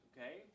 Okay